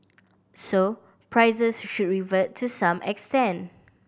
so prices should revert to some extent